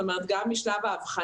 זאת אומרת גם בשלב האבחנה,